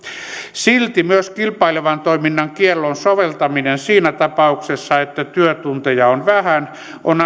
silti myös kilpailevan toiminnan kiellon soveltaminen siinä tapauksessa että työtunteja on vähän on